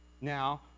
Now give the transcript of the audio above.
now